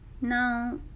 now